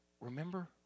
remember